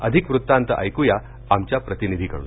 अधिक वृत्तांत ऐक्या आमच्या प्रतिनिधीकडून